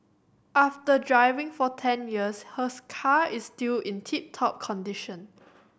after driving for ten years her car is still in tip top condition